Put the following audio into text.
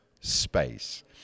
space